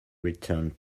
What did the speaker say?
returned